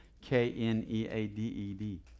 K-N-E-A-D-E-D